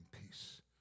peace